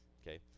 Okay